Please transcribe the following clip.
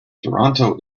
toronto